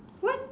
what